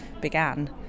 began